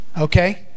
okay